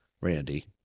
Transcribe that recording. Randy